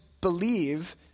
believe